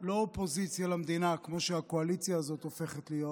לא להיות אופוזיציה למדינה כמו שהקואליציה הזאת הופכת להיות,